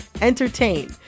entertain